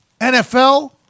NFL